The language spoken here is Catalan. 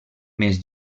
més